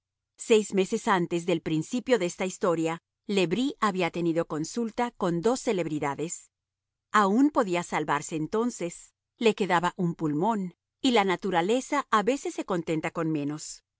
seis meses antes del principio de esta historia le bris había tenido consulta con dos celebridades aun podía salvarse entonces le quedaba un pulmón y la naturaleza a veces se contenta con menos